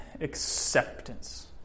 acceptance